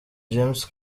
james